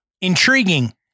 intriguing